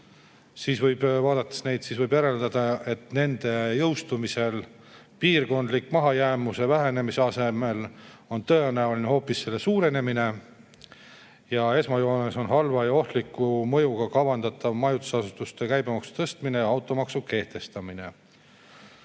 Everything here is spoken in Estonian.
struktuure vaadates võib järeldada, et nende jõustumisel on piirkondliku mahajäämuse vähenemise asemel tõenäoline hoopis selle suurenemine. Esmajoones on halva ja ohtliku mõjuga kavandatav majutusasutuste käibemaksu tõstmine ja automaksu kehtestamine.